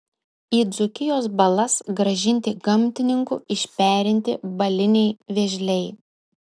į dzūkijos balas grąžinti gamtininkų išperinti baliniai vėžliai